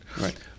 right